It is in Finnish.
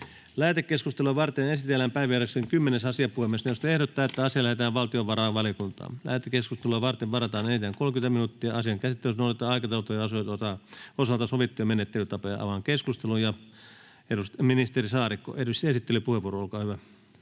Lähetekeskustelua varten esitellään päiväjärjestyksen 21. asia. Puhemiesneuvosto ehdottaa, että asia lähetetään sivistysvaliokuntaan. Lähetekeskustelua varten varataan enintään 30 minuuttia. Asian käsittelyssä noudatetaan aikataulutettujen asioiden osalta sovittuja menettelytapoja. Avaan keskustelun. — Esittelypuheenvuoro, edustaja Tynkkynen, olkaa hyvä.